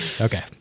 okay